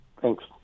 Thanks